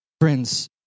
Friends